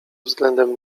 względem